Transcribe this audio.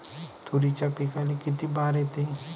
तुरीच्या पिकाले किती बार येते?